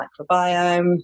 microbiome